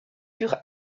sur